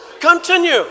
Continue